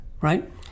right